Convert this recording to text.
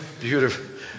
beautiful